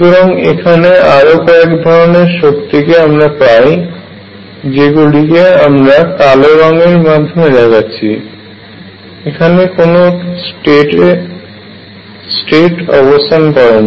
সুতরাং এখানে আরও কয়েক ধরনের শক্তিকে আমরা পাই যেগুলিকে আমরা কালো রঙ এর মাধ্যমে দেখাচ্ছি এখানে কোন স্টেট অবস্থান করে না